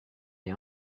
est